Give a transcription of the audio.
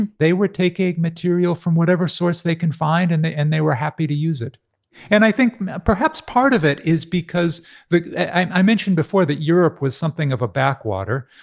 and they were taking material from whatever source they can find, and they and they were happy to use it and i think perhaps part of it is because i mentioned before that europe was something of a backwater,